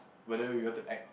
whether we were to act